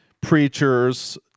preachers